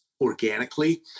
organically